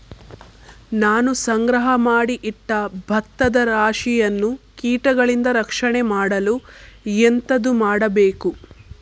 ನಾನು ಸಂಗ್ರಹ ಮಾಡಿ ಇಟ್ಟ ಭತ್ತದ ರಾಶಿಯನ್ನು ಕೀಟಗಳಿಂದ ರಕ್ಷಣೆ ಮಾಡಲು ಎಂತದು ಮಾಡಬೇಕು?